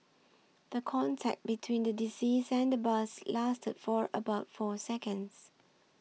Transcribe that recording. the contact between the deceased and the bus lasted for about four seconds